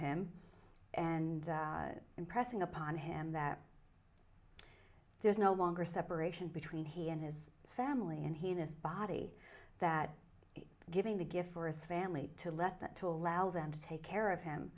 him and impressing upon him that there's no longer separation between he and his family and he this body that is giving the gift for his family to let that to allow them to take care of him